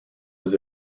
was